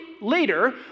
later